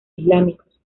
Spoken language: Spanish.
islámicos